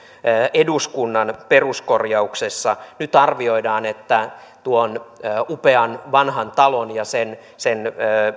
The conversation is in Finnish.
eduskunnan peruskorjauksessa nyt arvioidaan että tuon upean vanhan talon ja sen sen